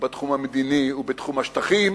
בתחום המדיני ובתחום השטחים,